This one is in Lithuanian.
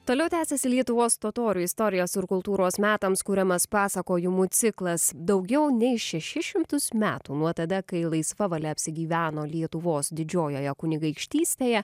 toliau tęsiasi lietuvos totorių istorijos ir kultūros metams kuriamas pasakojimų ciklas daugiau nei šešis šimtus metų nuo tada kai laisva valia apsigyveno lietuvos didžiojoje kunigaikštystėje